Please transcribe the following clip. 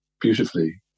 beautifully